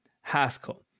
Haskell